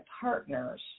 partners